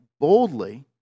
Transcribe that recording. boldly